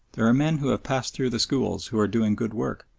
there are men who have passed through the schools who are doing good work,